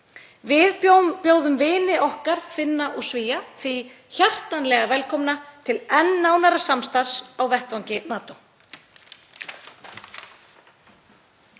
Við bjóðum vini okkar, Finna og Svía, því hjartanlega velkomna til enn nánara samstarfs á vettvangi NATO.